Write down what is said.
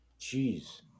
Jeez